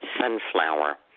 sunflower